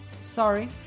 sorry